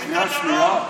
זה קריאה שנייה.